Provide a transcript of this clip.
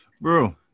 bro